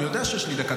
אני יודע שיש לי דקה.